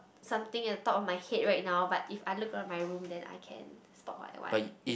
something at the top of my head right now but if I look around my room then I can spot what I want